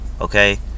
okay